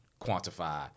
quantify